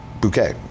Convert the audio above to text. Bouquet